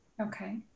Okay